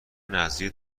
نذریه